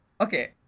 okay